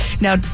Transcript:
now